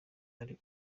ari